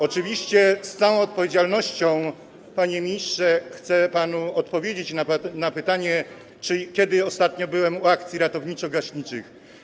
Oczywiście z całą odpowiedzialnością, panie ministrze, chcę panu odpowiedzieć na pytanie o to, kiedy ostatnio uczestniczyłem w akcji ratowniczo-gaśniczej.